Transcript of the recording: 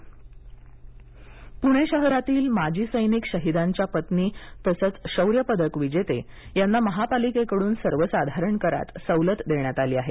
पुणे कर प्णे शहरातील माजी सैनिक शहिदांच्या पत्नी तसेच शौर्य पदकविजेते यांना महापालिकेकडून सर्वसाधारण करात सवलत देण्यात आली आहे